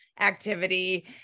activity